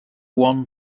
one